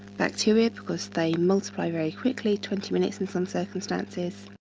bacteria because they multiply very quickly, twenty minutes in some circumstances.